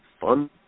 fun